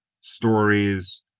stories